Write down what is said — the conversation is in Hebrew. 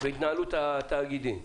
והתנהלות התאגידים.